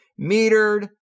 metered